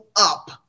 up